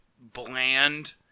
bland